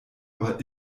aber